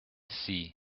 see